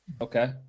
okay